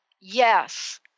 yes